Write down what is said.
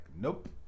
nope